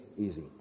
easy